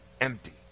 empty